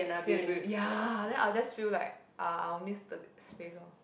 ya then I'll just feel like uh I'll miss the space lor